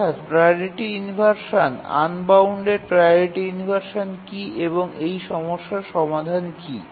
অর্থাৎ priority inversion unbounded priority inversion কী এবং এই সমস্যার সমাধান কী